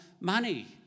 money